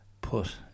put